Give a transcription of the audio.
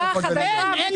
ערבי לא